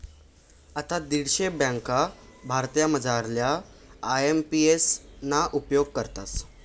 आते दीडशे ब्यांका भारतमझारल्या आय.एम.पी.एस ना उपेग करतस